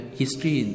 history